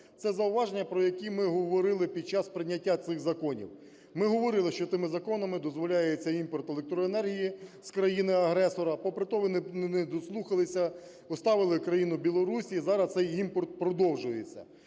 Це зауваження, про які ми говорили під час прийняття цих законів. Ми говорили, що тими законами дозволяється імпорт електроенергії з країни-агресора. Попри те вони не дослухалися, поставили країну Білорусь, і зараз цей імпорт продовжується.